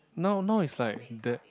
now now is like that